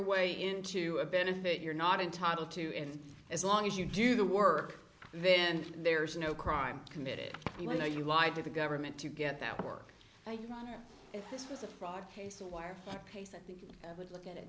way into a benefit you're not entitled to and as long as you do the work then there's no crime committed even though you lied to the government to get that work i do not know if this was a fraud case or wire fraud case i think you would look at it